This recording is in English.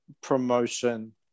promotion